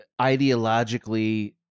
ideologically